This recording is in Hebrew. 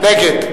נגד.